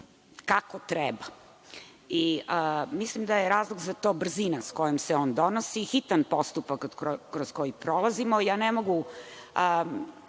kako treba. Mislim da je razlog za to brzina kojom se on donosi, hitan postupak kroz koji prolazimo.